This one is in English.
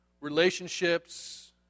relationships